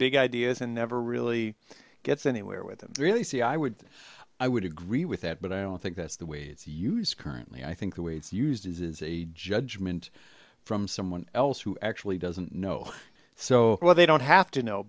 big ideas and never really gets anywhere with them really c i would i would agree with that but i don't think that's the way it's used currently i think the way it's used is is a judgment from someone else who actually doesn't know so well they don't have to know